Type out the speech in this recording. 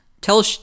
tell